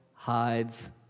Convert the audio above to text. hides